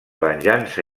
venjança